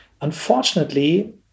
Unfortunately